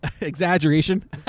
exaggeration